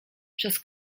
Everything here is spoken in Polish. przez